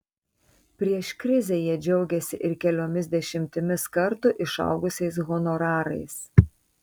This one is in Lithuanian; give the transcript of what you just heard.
prieš krizę jie džiaugėsi ir keliomis dešimtimis kartų išaugusiais honorarais